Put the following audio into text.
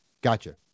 Gotcha